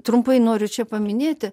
trumpai noriu čia paminėti